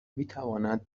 میتوانند